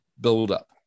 build-up